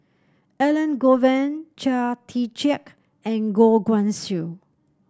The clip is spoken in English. Elangovan Chia Tee Chiak and Goh Guan Siew